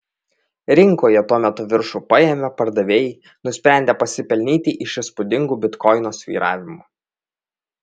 rinkoje tuo metu viršų paėmė pardavėjai nusprendę pasipelnyti iš įspūdingų bitkoino svyravimų